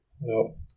No